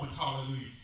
Hallelujah